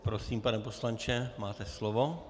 Prosím, pane poslanče, máte slovo.